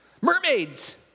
Mermaids